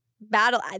Battle